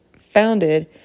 founded